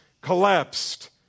collapsed